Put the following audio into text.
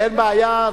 אין בעיה.